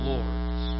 Lord's